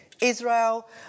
Israel